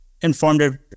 informed